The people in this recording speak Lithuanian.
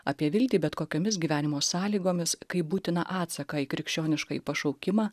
apie viltį bet kokiomis gyvenimo sąlygomis kaip būtiną atsaką į krikščioniškąjį pašaukimą